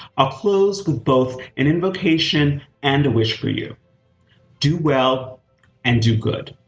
i'll close with both an invocation and a wish for you do well and do good.